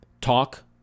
talk